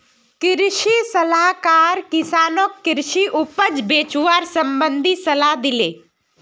कृषि सलाहकार किसानक कृषि उपज बेचवार संबंधित सलाह दिले